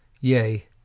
yea